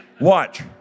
Watch